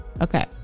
Okay